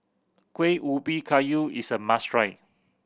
Kuih Ubi Kayu is a must try